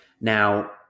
Now